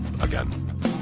Again